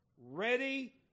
ready